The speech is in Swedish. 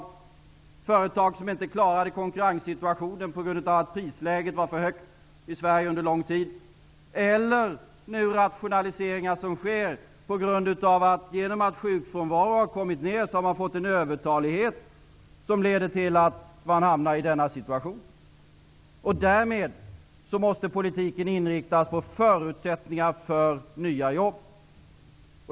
Det gäller företag som inte klarade konkurrenssituationen på grund av att prisläget var för högt i Sverige under lång tid. Det kan också gälla rationaliseringar som sker nu. Eftersom sjukfrånvaron har minskat har man fått en övertalighet som gör att man hamnar i denna situation. Därmed måste politiken inriktas på förutsättningar för nya jobb.